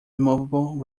removable